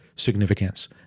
Significance